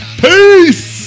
Peace